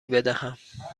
بدهم